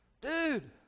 Dude